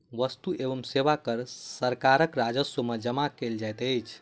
वस्तु एवं सेवा कर सरकारक राजस्व में जमा कयल जाइत अछि